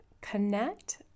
connect